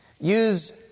Use